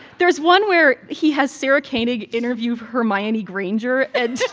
there's one where he has sarah koenig interview hermione granger. and.